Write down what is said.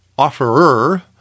offerer